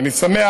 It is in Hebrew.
ואני שמח